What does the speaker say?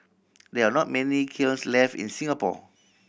there are not many kilns left in Singapore